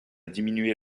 diminuer